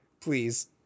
Please